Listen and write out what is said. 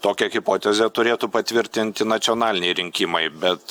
tokią hipotezę turėtų patvirtinti nacionaliniai rinkimai bet